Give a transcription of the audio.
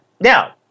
Now